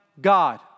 God